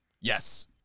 Yes